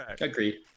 agreed